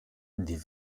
die